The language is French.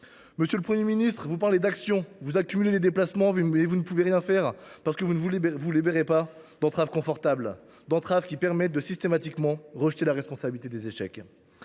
Monsieur le Premier ministre, vous parlez d’action, vous multipliez les déplacements, mais vous ne pouvez rien faire parce que vous ne vous libérez pas d’entraves confortables, qui permettent de systématiquement rejeter la responsabilité de ses échecs